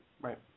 Right